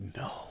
no